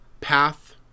PATH